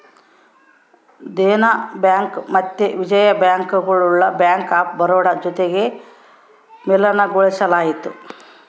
Dena bank ಮತ್ತೆ Vijaya bank ಗುಳ್ನ bank of Baroda ಜೊತಿಗೆ ವಿಲೀನಗೊಳಿಸಲಾಯಿತು